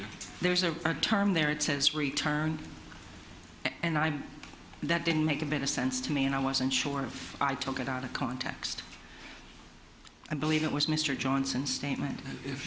get there's a term there it says return and i'm that didn't make a bit of sense to me and i wasn't sure if i took it out of context i believe it was mr johnson statement if